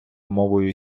мовою